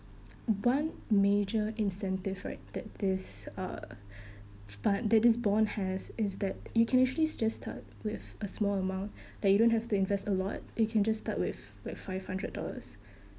one major incentive right that this uh but that this bond has is that you can actually just start with a small amount that you don't have to invest a lot you can just start with like five hundred dollars